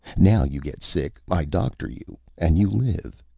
now you get sick, i doctor you, and you live.